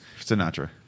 Sinatra